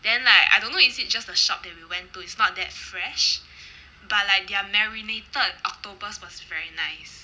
then like I don't know is it just the shop that we went to is not that fresh but like their marinated octopus was very nice